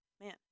Man